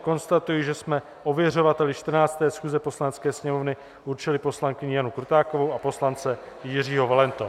Konstatuji, že jsme ověřovateli 14. schůze Poslanecké sněmovny určili poslankyni Janu Krutákovou a poslance Jiřího Valentu.